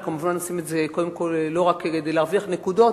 אנחנו כמובן עושים את זה לא רק כדי להרוויח נקודות,